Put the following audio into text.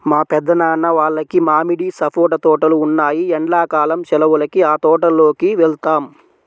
మా పెద్దనాన్న వాళ్లకి మామిడి, సపోటా తోటలు ఉన్నాయ్, ఎండ్లా కాలం సెలవులకి ఆ తోటల్లోకి వెళ్తాం